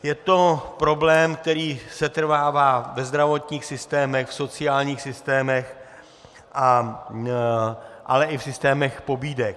Je to problém, který setrvává ve zdravotních systémech, v sociálních systémech, ale i v systémech pobídek.